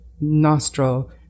nostril